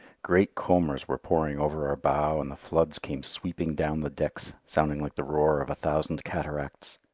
great combers were pouring over our bow and the floods came sweeping down the decks sounding like the roar of a thousand cataracts.